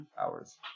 hours